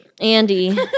Andy